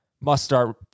must-start